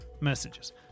messages